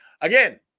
Again